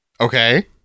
Okay